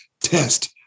test